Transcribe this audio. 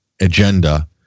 agenda